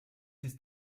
ist